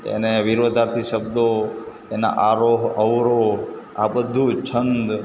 એના વિરોધાર્થી શબ્દો એના આરોહ અવરોહો આ બધું જ છંદ